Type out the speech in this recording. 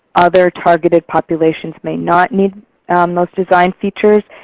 other targeted populations may not need um those design features.